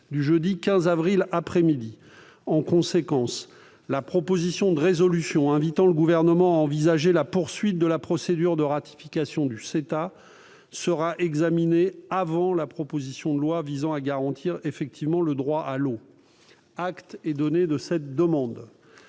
du jeudi 15 avril 2021 après-midi. En conséquence, la proposition de résolution invitant le Gouvernement à envisager la poursuite de la procédure de ratification du CETA sera examinée avant la proposition de loi visant à garantir effectivement le droit à l'eau par la mise en place